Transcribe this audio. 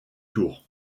tour